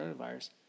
coronavirus